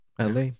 LA